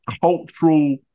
cultural